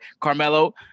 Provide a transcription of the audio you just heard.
Carmelo